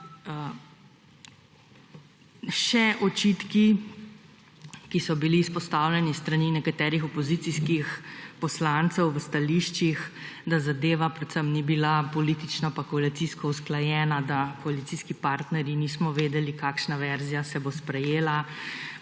Še o očitkih, ki so bili izpostavljeni s strani nekaterih opozicijskih poslancev v stališčih, da zadeva predvsem ni bila politično pa koalicijsko usklajena, da koalicijski partnerji nismo vedeli, kakšna verzija se bo sprejela.